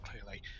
clearly